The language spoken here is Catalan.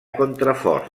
contraforts